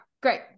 great